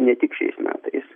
ne tik šiais metais